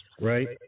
right